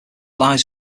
lies